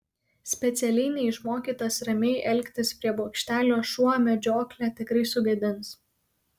specialiai neišmokytas ramiai elgtis prie bokštelio šuo medžioklę tikrai sugadins